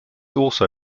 also